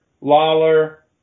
Lawler